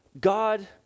God